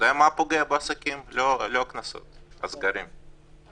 שפוגע בעסקים הקטנים זה לא הקנסות אלא הסגרים,